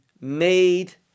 made